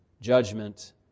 judgment